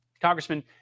Congressman